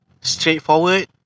Straightforward